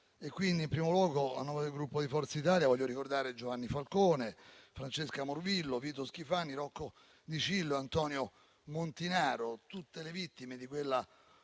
e, quindi, in primo luogo, a nome del Gruppo Forza Italia, voglio ricordare Giovanni Falcone, Francesca Morvillo, Vito Schifani, Rocco Dicillo e Antonio Montinaro: tutte le vittime di quella